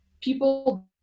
people